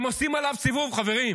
הם עושים עליו סיבוב, חברים.